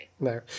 No